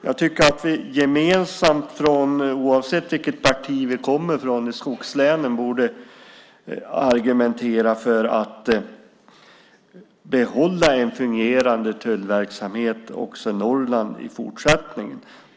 Jag tycker att vi gemensamt i skogslänen, oavsett vilket parti vi kommer från, borde argumentera för att behålla en fungerande tullverksamhet också i Norrland i fortsättningen.